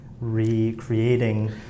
recreating